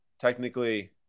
technically